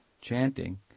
chanting